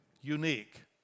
unique